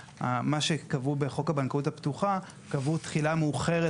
בחוק הבנקאות הפתוחה קבעו תחילה מאוחרת